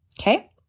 Okay